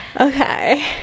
Okay